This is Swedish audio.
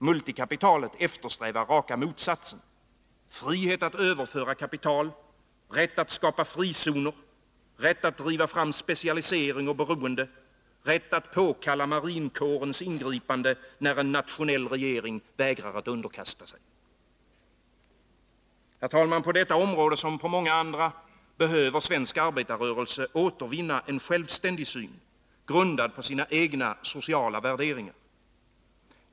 Multikapitalet eftersträvar raka motsatsen — frihet att överföra kapital, rätt att skapa frizoner, rätt att driva fram specialisering och beroende, rätt att påkalla marinkårens ingripande, när en nationell regering vägrar att underkasta sig. Herr talman! På detta område, som på många andra, behöver svensk arbetarrörelse återvinna en självständig syn, grundad på sina egna sociala värderingar.